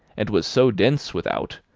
and was so dense without,